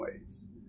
ways